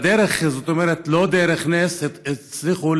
בדרך נס הם הצליחו